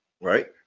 right